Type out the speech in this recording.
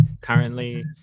currently